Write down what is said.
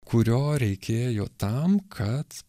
kurio reikėjo tam kad